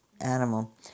animal